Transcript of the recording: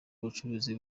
ubucuruzi